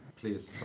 please